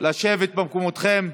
לשבת במקומותיכם.